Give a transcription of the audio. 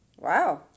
Wow